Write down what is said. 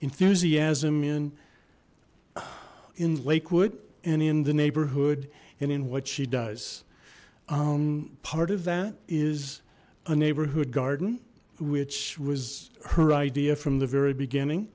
enthusiasm in in lakewood and in the neighborhood and in what she does part of that is a neighborhood garden which was her idea from the very beginning